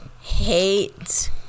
hate